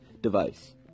device